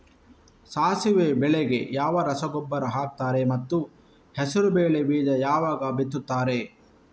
ಸಾಸಿವೆ ಬೆಳೆಗೆ ಯಾವ ರಸಗೊಬ್ಬರ ಹಾಕ್ತಾರೆ ಮತ್ತು ಹೆಸರುಬೇಳೆ ಬೀಜ ಯಾವಾಗ ಬಿತ್ತುತ್ತಾರೆ?